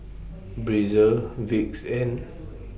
Breezer Vicks and